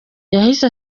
yahise